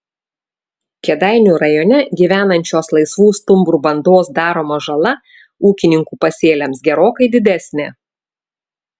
kėdainių rajone gyvenančios laisvų stumbrų bandos daroma žala ūkininkų pasėliams gerokai didesnė